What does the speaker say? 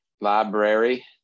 Library